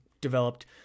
developed